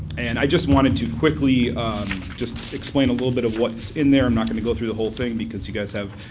and i just wanted to quickly just explain a little bit of what's in there. i'm not going to go through the whole thing because you guys have